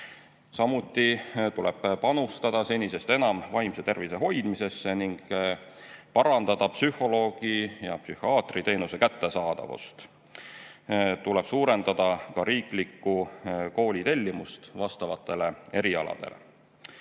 Samuti tuleb panustada senisest enam vaimse tervise hoidmisesse ning parandada psühholoogi ja psühhiaatri teenuse kättesaadavust. Tuleb suurendada ka riiklikku koolitustellimust vastavatele erialadele. Samuti